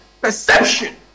perception